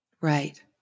Right